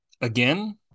again